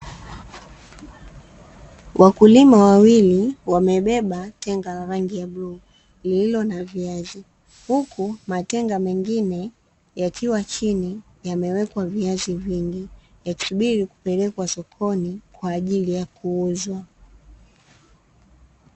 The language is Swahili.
Wakulima wawili wamebeba tenga la rangi ya bluu lililo na viazi, huku matenga mengine yakiwa chini yamewekwa viazi vingi yakisubiri kupelekwa sokoni kwa ajili ya kuuzwa.